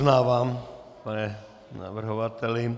Uznávám, pane navrhovateli.